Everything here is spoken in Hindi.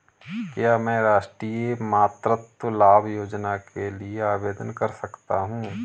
क्या मैं राष्ट्रीय मातृत्व लाभ योजना के लिए आवेदन कर सकता हूँ?